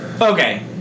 Okay